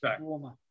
warmer